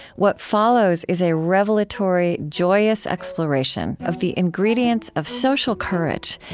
what follows is a revelatory, joyous exploration of the ingredients of social courage,